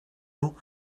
nhw